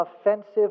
offensive